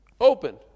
Open